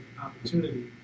opportunity